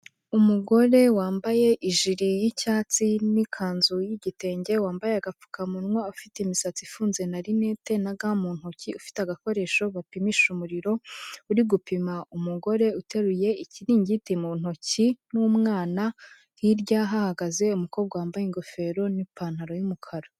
Umugore wambaye ijiri y'icyatsi n'ikanzu y'igitenge, wambaye agapfukamunwa, ufite imisatsi ifunze na rinete na ga mu ntoki, ufite agakoresho bapimisha umuriro, uri gupima umugore uteruye ikiringiti mu ntoki n'umwana, hirya hahagaze umukobwa wambaye ingofero n'ipantaro y'umukara.